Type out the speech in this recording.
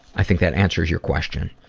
i think that answers your question.